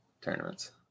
Tournaments